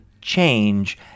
Change